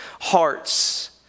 hearts